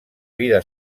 vida